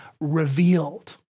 revealed